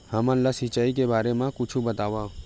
हमन ला सिंचाई के बारे मा कुछु बतावव?